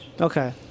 Okay